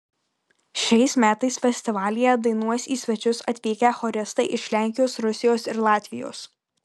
šiais metais festivalyje dainuos į svečius atvykę choristai iš lenkijos rusijos ir latvijos